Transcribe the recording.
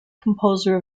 composer